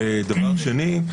ודבר שני,